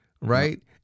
right